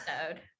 episode